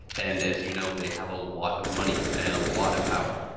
and as you know they have a lot of money and a lot of power.